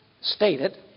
stated